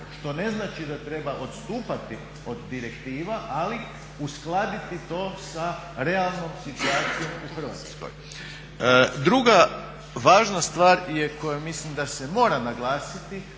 Što ne znači da treba odstupati od direktiva, ali uskladiti to sa realnom situacijom u Hrvatskoj. Druga važna stvar koje mislim da se mora naglasiti